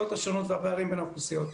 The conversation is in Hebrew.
האוכלוסיות השונות והפערים בין האוכלוסיות.